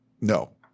no